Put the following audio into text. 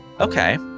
Okay